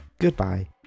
Goodbye